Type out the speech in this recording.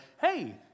hey